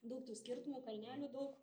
daug tų skirtumų kalnelių daug